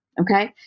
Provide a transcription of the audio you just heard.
Okay